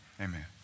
amen